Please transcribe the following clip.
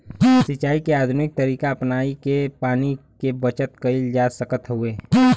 सिंचाई के आधुनिक तरीका अपनाई के पानी के बचत कईल जा सकत हवे